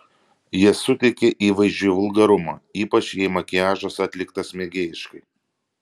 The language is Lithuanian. jie suteikia įvaizdžiui vulgarumo ypač jei makiažas atliktas mėgėjiškai